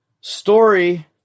story